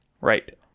Right